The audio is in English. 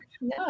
no